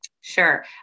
Sure